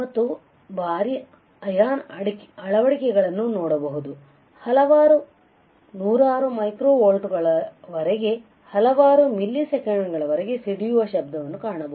ಮತ್ತು ಭಾರೀ ಅಯಾನು ಅಳವಡಿಕೆಯನ್ನು ನೋಡಬಹುದು ಹಲವಾರು ನೂರು ಮೈಕ್ರೋ ವೋಲ್ಟ್ಗಳವರೆಗೆ ಹಲವಾರು ಮಿಲಿಸೆಕೆಂಡ್ಗಳವರೆಗೆ ಸಿಡಿಯುವ ಶಬ್ದವನ್ನು ಕಾಣಬಹುದು